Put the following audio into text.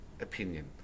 opinion